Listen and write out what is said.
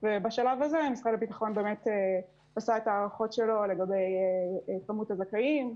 ובשלב הזה משרד הביטחון באמת עשה את ההערכות שלו לגבי מספר הזכאים,